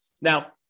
Now